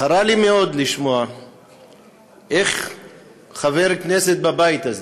חרה לי מאוד לשמוע איך חבר כנסת בבית הזה